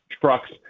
trucks